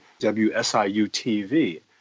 WSIU-TV